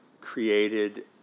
created